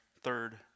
third